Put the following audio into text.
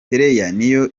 niyo